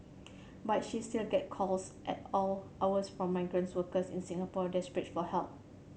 but she still gets calls at all hours from migrant workers in Singapore desperate for help